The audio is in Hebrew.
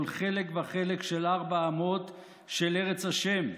כל חלק וחלק של ארבע אמות של ארץ השם?